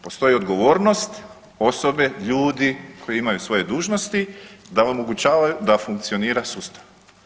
Postoji odgovornost osobe, ljudi, koji imaju svoje dužnosti da omogućavaju da funkcionira sustav.